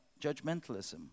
judgmentalism